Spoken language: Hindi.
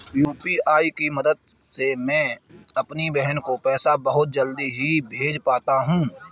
यू.पी.आई के मदद से मैं अपनी बहन को पैसे बहुत जल्दी ही भेज पाता हूं